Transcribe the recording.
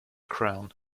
crown